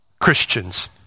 Christians